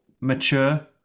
mature